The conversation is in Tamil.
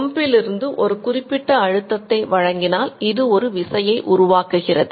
பம்பில் இருந்து ஒரு குறிப்பிட்ட அழுத்தத்தை வழங்கினால் இது ஒரு விசையை உருவாக்குகிறது